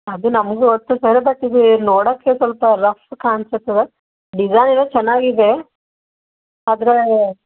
ಅದು ನಮಗೂ ಗೊತ್ತು ಸರ್ ಬಟ್ ಇದು ನೋಡೋಕ್ಕೆ ಸ್ವಲ್ಪ ರಫ್ ಕಾಣ್ಸುತ್ತದ ಡಿಝೈನ್ ಏನೋ ಚೆನ್ನಾಗಿದೆ ಆದರೆ